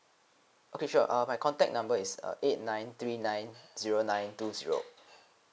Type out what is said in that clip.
okay sure uh my contact number is uh eight nine three nine zero nine two zero